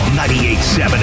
98.7